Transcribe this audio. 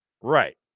Right